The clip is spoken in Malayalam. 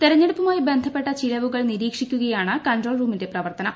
തെരഞ്ഞെടുപ്പുമായി ബന്ധപ്പെട്ട ചിലവുകൾ നിരീക്ഷിക്കുകയാണ് കൺട്രോൾ റൂമിന്റെ പ്രവർത്തനം